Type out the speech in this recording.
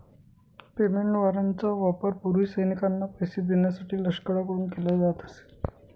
payment वॉरंटचा वापर पूर्वी सैनिकांना पैसे देण्यासाठी लष्कराकडून केला जात असे